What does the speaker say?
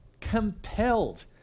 compelled